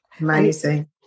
amazing